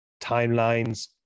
timelines